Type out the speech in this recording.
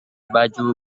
baju